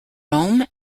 rome